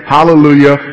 Hallelujah